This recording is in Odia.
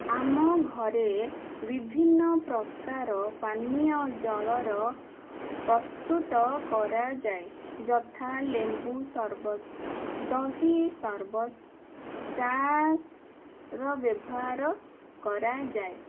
ଆମ ଘରେ ବିଭିନ୍ନପ୍ରକାର ପାନୀୟଜଳର ପ୍ରସ୍ତୁତ କରାଯାଏ ଯଥା ଲେମ୍ବୁ ସର୍ବତ ଦହି ସର୍ବତ ଚା'ର ବ୍ୟବହାର କରାଯାଏ